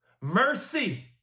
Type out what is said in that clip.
mercy